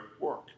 work